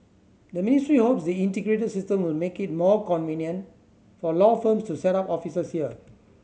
the ministry hopes the integrated system will make it more convenient for law firms to set up offices here